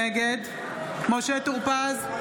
נגד משה טור פז,